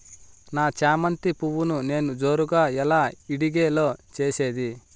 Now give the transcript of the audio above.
నా చామంతి పువ్వును నేను జోరుగా ఎలా ఇడిగే లో చేసేది?